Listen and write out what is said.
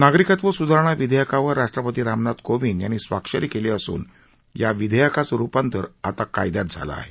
नागरिकत्व सुधारणा विधेयाकावर राष्ट्रपती रामनाथ कोविद यांनी स्वाक्षरी केली असून या विधेयकाचं रूपांतर आता कायद्यात झालं आहे